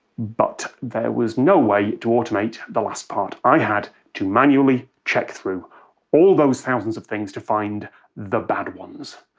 but there was no way to automate the last part. i had to manually check through all those thousands of things to find the bad ones.